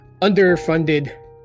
underfunded